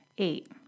Eight